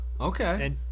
okay